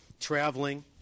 traveling